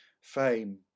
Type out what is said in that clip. fame